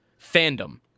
fandom